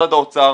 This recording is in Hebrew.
משרד האוצר